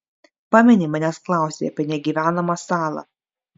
pameni manęs klausei apie negyvenamą salą